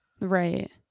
Right